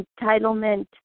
entitlement